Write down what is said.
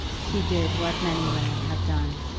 she did what many women have done,